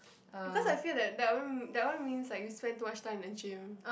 because I feel that that one that one means that you spend too much time in gym